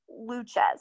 Luches